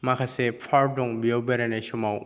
माखासे पार्क दं बेयाव बेरायनाय समाव